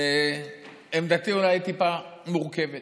עמדתי אולי טיפה מורכבת.